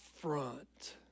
front